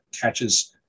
catches